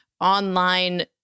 online